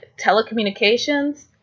telecommunications